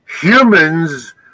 Humans